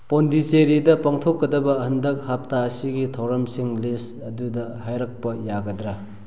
ꯄꯣꯟꯗꯤꯆꯦꯔꯤꯗ ꯄꯥꯡꯊꯣꯛꯀꯗꯕ ꯍꯟꯗꯛ ꯍꯄꯇꯥ ꯑꯁꯤꯒꯤ ꯊꯧꯔꯝꯁꯤꯡ ꯂꯤꯁ ꯑꯗꯨꯗ ꯍꯥꯏꯔꯛꯄ ꯌꯥꯒꯗ꯭ꯔꯥ